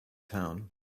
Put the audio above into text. town